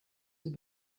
have